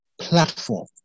platform